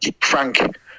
Frank